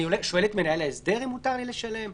אני שואל את מנהל ההסדר אם מותר לי לשלם?